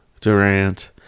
Durant